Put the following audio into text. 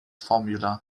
formula